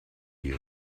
you